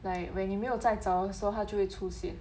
like when 你没有在找的时候他就会出现